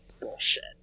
bullshit